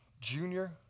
junior